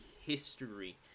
history